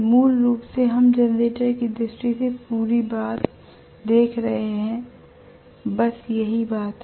मूल रूप से हम जनरेटर की दृष्टि से पूरी बात देख रहे हैं कि बस यही बात है